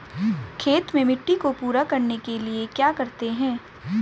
खेत में मिट्टी को पूरा करने के लिए क्या करते हैं?